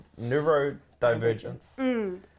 neurodivergence